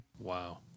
Wow